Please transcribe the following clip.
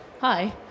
Hi